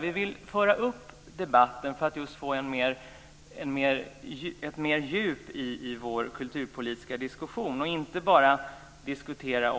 Vi vill föra upp debatten för att få ett större djup i vår kulturpolitiska diskussion. Vi vill inte bara diskutera